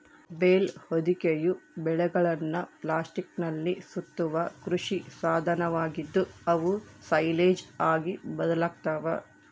bale ಹೊದಿಕೆಯು ಬೇಲ್ಗಳನ್ನು ಪ್ಲಾಸ್ಟಿಕ್ನಲ್ಲಿ ಸುತ್ತುವ ಕೃಷಿ ಸಾಧನವಾಗಿದ್ದು, ಅವು ಸೈಲೇಜ್ ಆಗಿ ಬದಲಾಗ್ತವ